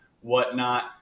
whatnot